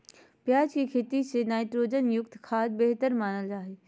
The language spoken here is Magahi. प्याज के खेती ले नाइट्रोजन युक्त खाद्य बेहतर मानल जा हय